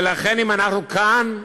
ולכן, אם אנחנו כאן,